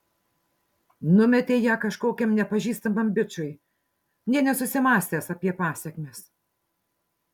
numetei ją kažkokiam nepažįstamam bičui nė nesusimąstęs apie pasekmes